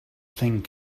thing